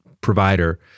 provider